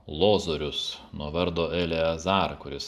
lozorius nuo vardo eli azar kuris